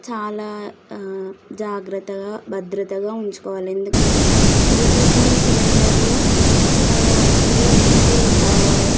చాలా జాగ్రత్తగా భద్రతగా ఉంచుకోవాలి ఎందుకంటే ఎల్పిజి సిలిండర్లో అలో అందులో ఉండే